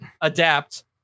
Adapt